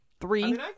three